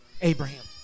Abraham